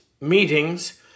meetings